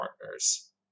partners